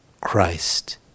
Christ